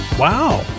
Wow